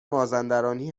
مازندرانی